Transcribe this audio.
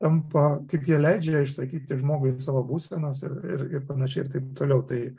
tampa kaip jie leidžia išsakyti žmogui savo būsenas ir ir panašiai ir taip toliau tai